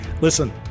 listen